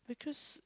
because